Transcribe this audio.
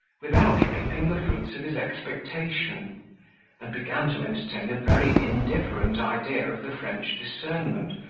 without reaping the fruits of his expectation and began to entertain a very indifferent idea of the french discernment,